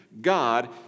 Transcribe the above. God